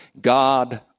God